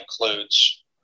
includes